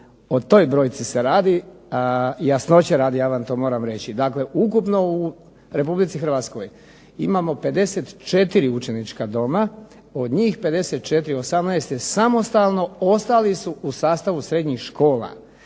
o toj brojci se radi. Jasnoće radi ja vam to moram reći. Dakle, ukupno u RH imamo 54 učenička doma, od njih 54 18 je samostalno, ostali su u sastavu srednjih škola.